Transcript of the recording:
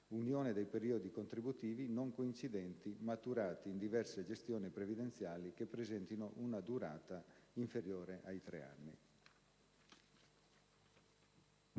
riunione dei periodi contributivi non coincidenti maturati in diverse gestioni previdenziali che presentino una durata inferiore ai tre anni.